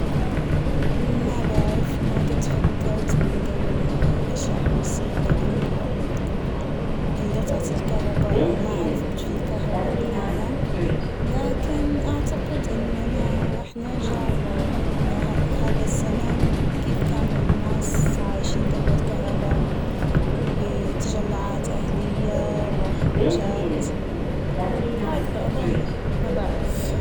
ما بعرف ما جت فكرت من قبل اش راح بيصير لو أنه انقطعت الكهربا أو ما عد فى كهربا بالعالم ،لكن أعتقد اننا راح نرجع ل لهذا الزمن كيف كان الناس عايشين قبل الكهربا بتجمعات أهلية وخروجات ، هكذا أظن مابعرف.